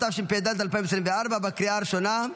התשפ"ד 2024, לקריאה ראשונה.